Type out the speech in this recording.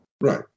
Right